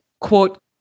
quote